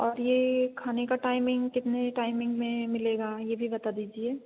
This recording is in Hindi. और यह खाने का टाइमिन्ग कितने टाइमिन्ग में मिलेगा यह भी बता दीजिए